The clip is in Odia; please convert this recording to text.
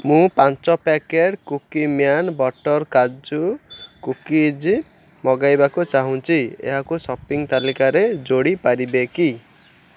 ମୁଁ ପାଞ୍ଚ packet Cookie Man butter kaju cookies ମଗାଇବାକୁ ଚାହୁଁଛି ଏହାକୁ ସପିଙ୍ଗ ତାଲିକାରେ ଯୋଡ଼ିପାରିବେ କି